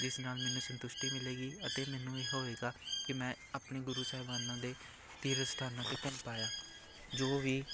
ਜਿਸ ਨਾਲ ਮੈਨੂੰ ਸੰਤੁਸ਼ਟੀ ਮਿਲੇਗੀ ਅਤੇ ਮੈਨੂੰ ਇਹ ਹੋਵੇਗਾ ਕਿ ਮੈਂ ਆਪਣੇ ਗੁਰੂ ਸਾਹਿਬਾਨਾਂ ਦੇ ਤੀਰਥ ਸਥਾਨਾਂ 'ਤੇ ਘੁੰਮ ਪਾਇਆ ਜੋ ਵੀ